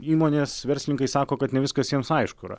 įmonės verslininkai sako kad ne viskas jiems aišku yra